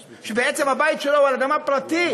שבעצם הבית שלו הוא על אדמה פרטית,